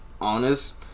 Honest